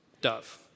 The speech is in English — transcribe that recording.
dove